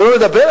שלא לדבר,